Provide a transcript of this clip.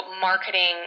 marketing